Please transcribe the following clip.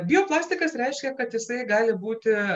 bioplastikas reiškia kad jisai gali būti